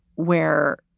where